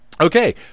Okay